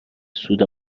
سود